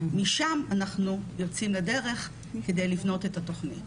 משם אנחנו יוצאים לדרך כדי לבנות את התוכנית.